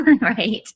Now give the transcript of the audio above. right